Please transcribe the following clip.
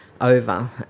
over